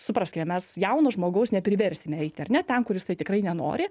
supraskime mes jauno žmogaus nepriversime eiti ar ne ten kur jisai tikrai nenori